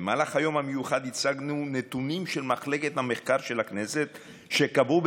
במהלך היום המיוחד הצגנו נתונים של מחלקת המחקר של הכנסת שקבעו,